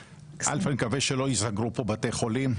א' אני מקווה שלא ייסגרו פה בתי חולים,